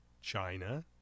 China